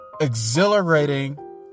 exhilarating